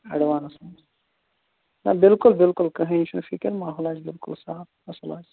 advance منٛز نہ بِلکُل بِلکُل کٕہٕنۍ چھُنہٕ فِکِر ماحول آسہِ بِلکُل صاف اَصٕل حظ